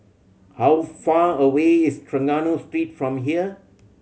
how far away is Trengganu Street from here